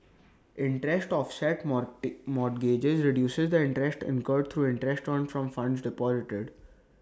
interest offset mort mortgages reduces the interest incurred through interest earned from funds deposited